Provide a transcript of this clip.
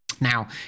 Now